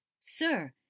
Sir